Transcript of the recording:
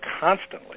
constantly